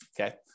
okay